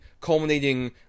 culminating